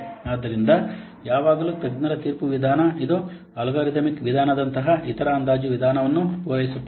ಆದ್ದರಿಂದ ಯಾವಾಗಲೂ ತಜ್ಞರ ತೀರ್ಪು ವಿಧಾನ ಇದು ಅಲ್ಗಾರಿದಮಿಕ್ ವಿಧಾನದಂತಹ ಇತರ ಅಂದಾಜು ವಿಧಾನವನ್ನು ಪೂರೈಸುತ್ತದೆ